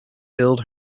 filled